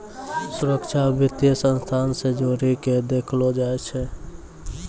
सुरक्षा वित्तीय संस्था से जोड़ी के देखलो जाय छै